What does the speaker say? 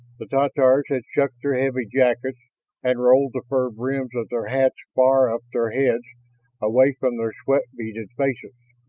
the tatars had shucked their heavy jackets and rolled the fur brims of their hats far up their heads away from their sweat-beaded faces.